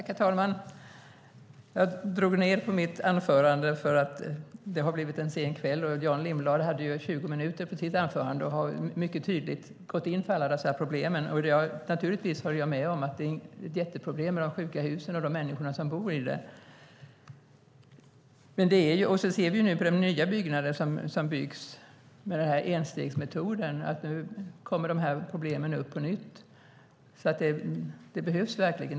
Herr talman! Jag drog ned på mitt anförande, för det har blivit en sen kväll. Jan Lindholm använde ju 20 minuter på sitt anförande och har mycket tydligt gått in för alla dessa problem. Naturligtvis håller jag med om att det är ett jätteproblem med de sjuka husen och de människor som bor i dem. På de nya byggnader som byggs med enstegsmetoden ser vi att dessa problem kommer upp på nytt. Det behövs verkligen något.